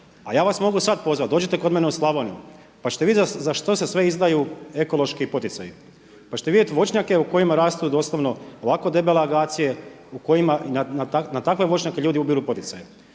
a ja vas mogu sad pozvati, dođite kod mene u Slavoniju pa ćete vidjeti za što se sve izdaju ekološki poticaji, pa ćete vidjeti voćnjake u kojima rastu doslovno ovako debele akacije u kojima i na takve voćnjake ljudi ubiru poticaje.